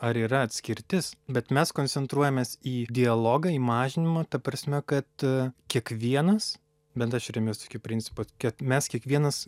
ar yra atskirtis bet mes koncentruojamės į dialogą į mažinimą ta prasme kad kiekvienas bent aš remiuos tokiu principu kad mes kiekvienas